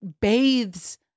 bathes